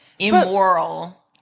immoral